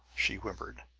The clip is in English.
she whimpered.